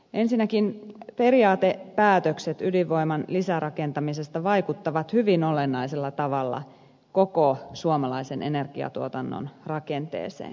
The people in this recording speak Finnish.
ensinnäkin periaatepäätökset ydinvoiman lisärakentamisesta vaikuttavat hyvin olennaisella tavalla koko suomalaisen energiatuotannon rakenteeseen